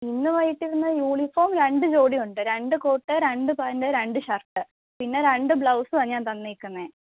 ഇന്ന് വൈകിട്ട് ഇരുന്നാൽ യൂണിഫോം രണ്ട് ജോഡിയുണ്ട് രണ്ട് കോട്ട് രണ്ട് പാൻ്റ് രണ്ട് ഷർട്ട് പിന്നെ രണ്ട് ബ്ലൗസുമാണ് ഞാൻ തന്നിരിക്കുന്നത്